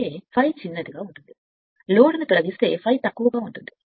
కాబట్టి ∅ చిన్నదిగా ఉంటుంది లోడ్ను తొలగిస్తే∅ చిన్నదిగా ఉంటుంది మరియు అందుకే Ia